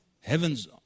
heaven's